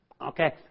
Okay